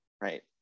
right